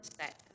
set